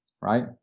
right